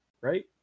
right